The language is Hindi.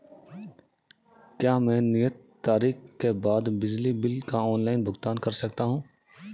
क्या मैं नियत तारीख के बाद बिजली बिल का ऑनलाइन भुगतान कर सकता हूं?